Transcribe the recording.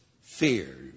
Fear